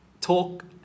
talk